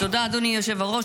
תודה, אדוני היושב-ראש.